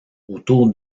autour